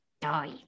die